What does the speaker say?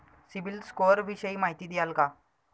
CIBIL score विषयी माहिती द्याल का?